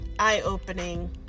eye-opening